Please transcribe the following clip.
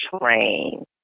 train